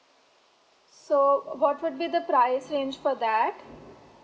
so uh what would be the price range for that